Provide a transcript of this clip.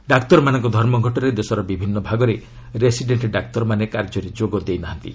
ଡାକ୍ତରମାନଙ୍କ ଧର୍ମଘଟରେ ଦେଶର ବିଭିନ୍ନ ଭାଗରେ ରେସିଡେଣ୍ଟ ଡାକ୍ତରମାନେ କାର୍ଯ୍ୟରେ ଯୋଗ ଦେଉ ନାହାନ୍ତି